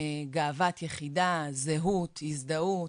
גאוות יחידה, זהות, הזדהות,